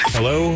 Hello